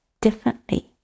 differently